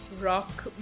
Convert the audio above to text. rock